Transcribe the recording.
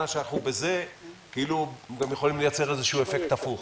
שבכך אנחנו יכולים לייצר אפקט הפוך,